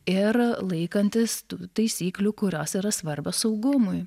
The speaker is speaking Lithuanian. ir laikantis tų taisyklių kurios yra svarbios saugumui